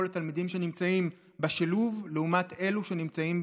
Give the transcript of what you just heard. לתלמידים שנמצאים בשילוב לעומת אלו שנמצאים